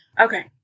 Okay